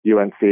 UNC